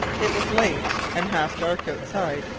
it was late, and half dark outside,